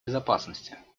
безопасности